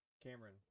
Cameron